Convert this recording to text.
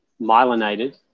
myelinated